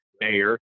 mayor